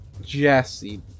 Jesse